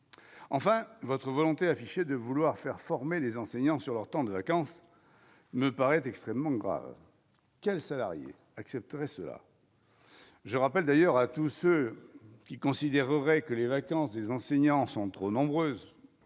enfin votre volonté affichée de vouloir faire former les enseignants sur leur temps de vacances me paraît extrêmement grave, quel salarié accepterait cela. Je rappelle d'ailleurs à tous ceux qui considéreraient que les vacances des enseignants sont trop nombreuses,